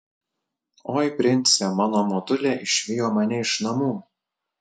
oi prince mano motulė išvijo mane iš namų